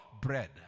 bread